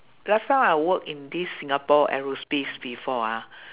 last time I work in this singapore aerospace before ah